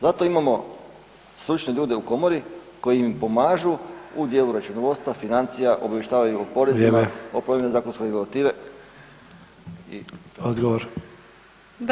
Zato imamo stručne ljude u Komori koji im pomažu u dijelu računovodstva, financija, obavještavaju o porezima, [[Upadica: Vrijeme.]] o promjeni zakonske regulative, i…